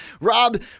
Rob